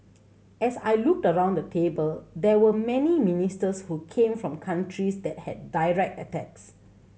as I looked around the table there were many ministers who came from countries that had direct attacks